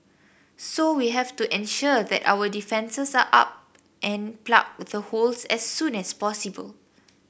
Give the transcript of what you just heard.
so we have to ensure that our defences are up and plug the holes as soon as possible